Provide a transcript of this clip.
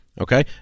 okay